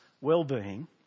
well-being